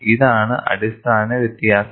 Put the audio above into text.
ഇതാണ് അടിസ്ഥാന വ്യത്യാസം